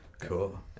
cool